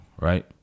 Right